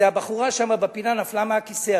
הבחורה שם בפינה נפלה מהכיסא.